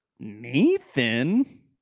Nathan